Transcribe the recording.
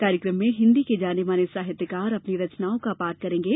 कार्यक्रम में हिन्दी के जाने माने साहित्यकार अपनी रचनाओं का पाठ करेंगे